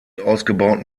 ausgebauten